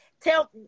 tell